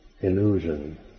illusion